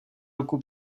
ruku